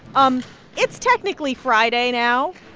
um it's technically friday now.